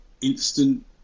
instant